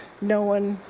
no one